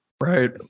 Right